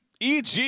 eg